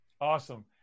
Awesome